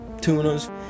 tunas